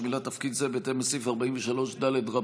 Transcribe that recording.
שמילא תפקיד זה בהתאם לסעיף 43ד(ד)